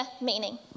meaning